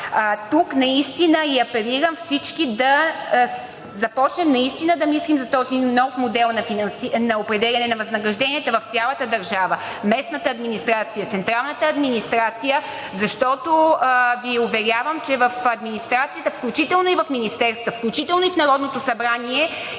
Тук апелирам всички да започнем наистина да мислим за този нов модел за определяне на възнагражденията в цялата държава – местната администрация, централната администрация, защото Ви уверявам, че в администрацията, включително и в министерствата, включително и в Народното събрание,